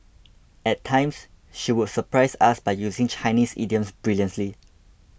at times she would surprise us by using Chinese idioms brilliantly